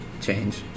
change